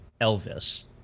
Elvis